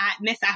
Miss